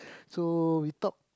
so we talk